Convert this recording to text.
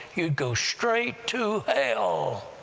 you'd go straight to hell!